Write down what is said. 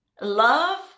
love